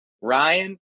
Ryan